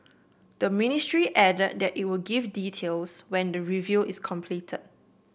the ministry add that it would give details when the review is complete